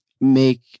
make